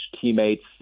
teammates